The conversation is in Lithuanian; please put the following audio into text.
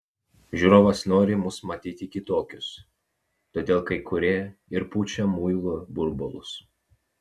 žiūrovas nori mus matyti kitokius todėl kai kurie ir pučia muilo burbulus